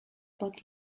but